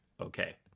Okay